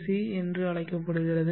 C என்று அழைக்கப்படுகிறது